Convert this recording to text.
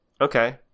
Okay